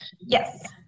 Yes